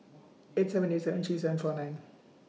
eight seven eight seven three seven four nine